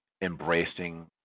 embracing